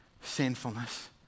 sinfulness